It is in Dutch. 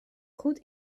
goed